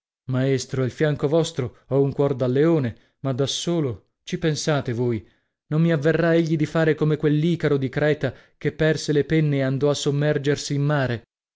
maestro al fianco vostro ho un cuor da leone ma da solo ci pensate voi non mi avverrà egli dì fare come quell'icaro di creta che perse le penne e andò a sommergersi in mare